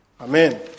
Amen